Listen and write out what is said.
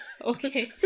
Okay